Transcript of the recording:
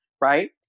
right